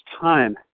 time